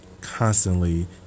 constantly